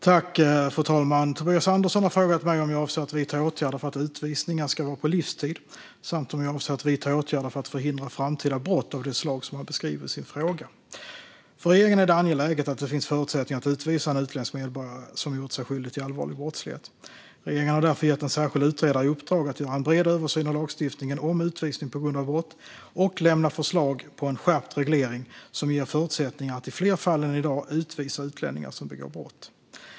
Fru talman! har frågat mig om jag avser att vidta åtgärder för att utvisningar ska vara på livstid samt om jag avser att vidta åtgärder för att förhindra framtida brott av det slag som han beskriver i sin fråga. För regeringen är det angeläget att det finns förutsättningar att utvisa en utländsk medborgare som gjort sig skyldig till allvarlig brottslighet. Regeringen har därför gett en särskild utredare i uppdrag att göra en bred översyn av lagstiftningen om utvisning på grund av brott och lämna förslag på en skärpt reglering som ger förutsättningar att i fler fall än i dag utvisa utlänningar som begår brott.